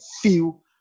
feel